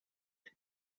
and